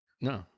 No